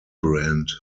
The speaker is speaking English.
brand